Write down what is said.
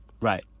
Right